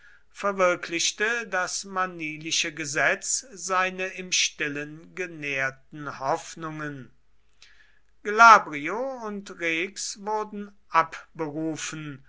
verwirklichte das manilische gesetz seine im stillen genährten hoffnungen glabrio und rex wurden abberufen